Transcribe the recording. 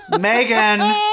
Megan